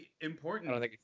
important